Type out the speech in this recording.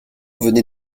venait